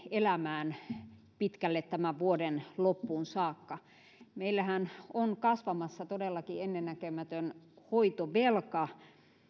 elämään pitkälle tämän vuoden loppuun saakka meillähän on kasvamassa todellakin ennennäkemätön hoitovelka